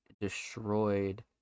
destroyed